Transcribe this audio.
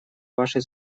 вашей